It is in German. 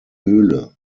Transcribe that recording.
höhle